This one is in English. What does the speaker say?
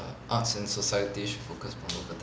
arts and societies should focus more on local talent